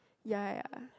ya ya